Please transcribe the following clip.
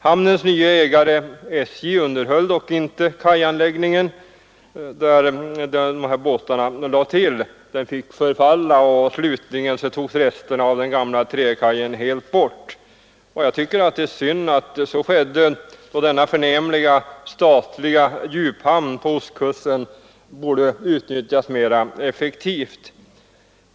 Hamnens nye ägare SJ underhöll dock inte kajanläggningen där båtarna lade till; den fick förfalla och slutligen togs resterna av den gamla träkajen helt bort. Jag tycker det är synd att så skedde, då denna förnämliga statliga djuphamn på ostkusten borde utvecklas mera effektivt.